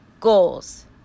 Goals